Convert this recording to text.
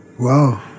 Wow